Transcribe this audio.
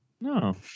No